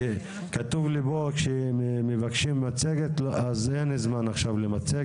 כתוב לי פה שמבקשים מצגת, אז עכשיו אין זמן למצגת.